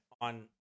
on